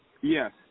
Yes